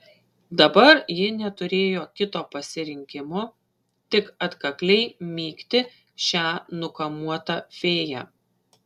dabar ji neturėjo kito pasirinkimo tik atkakliai mygti šią nukamuotą fėją